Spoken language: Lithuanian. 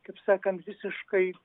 kaip sakant visiškai